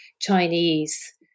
Chinese